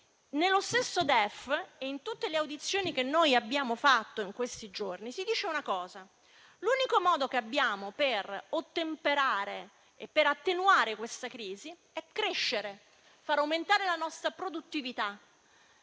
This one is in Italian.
nello stesso DEF e in tutte le audizioni svolte in questi giorni si dice una cosa: l'unico modo che abbiamo per attenuare questa crisi è crescere, far aumentare la nostra produttività